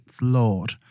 Lord